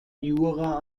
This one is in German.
jura